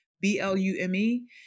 B-L-U-M-E